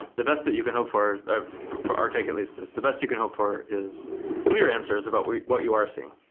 the best you can hope for, ah for our take at least, is the best you can hope for is clear answers about what you are seeing.